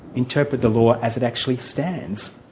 interpret the law as it actually stands.